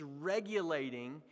regulating